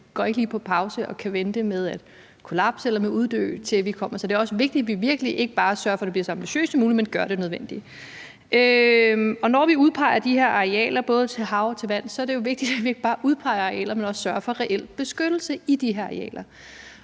går ikke lige på pause og kan ikke vente med at kollapse eller uddø, til vi kommer. Så det er virkelig også vigtigt, at vi ikke bare sørger for, at det bliver så ambitiøst som muligt, men at vi gør det nødvendige. Når vi udpeger de her arealer, både hav- og landarealer, er det vigtigt, at vi ikke bare udpeger arealer, men også sørger for reel beskyttelse i de her arealer.